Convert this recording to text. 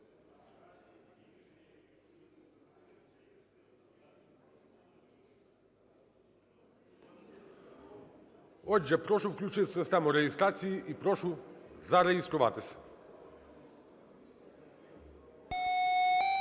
Отже, прошу включити систему реєстрації і прошу зареєструватись. 10:05:21